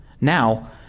Now